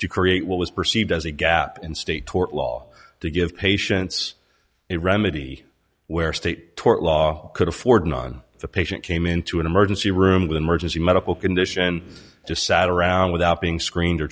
to create what was perceived as a gap in state tort law to give patients a remedy where state tort law could afford an on the patient came into an emergency room with an emergency medical condition just sat around without being screened